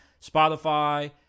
Spotify